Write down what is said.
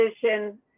position